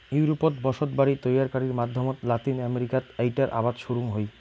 ইউরোপত বসতবাড়ি তৈয়ারকারির মাধ্যমত লাতিন আমেরিকাত এ্যাইটার আবাদ শুরুং হই